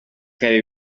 kare